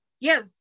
Yes